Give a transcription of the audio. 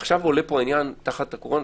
עכשיו עולה פה העניין תחת הקורונה,